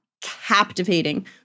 captivating